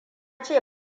ce